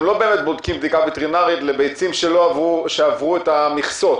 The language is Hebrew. לא באמת בודקים בדיקה וטרינרית לביצים שעברו את המכסות